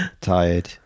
Tired